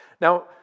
Now